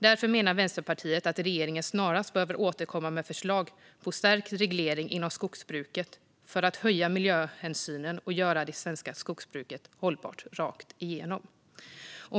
Därför menar Vänsterpartiet att regeringen snarast behöver återkomma med förslag till stärkt reglering inom skogsbruket, för att höja miljöhänsynen och göra det svenska skogsbruket hållbart rakt igenom.